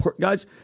guys